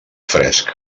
fresc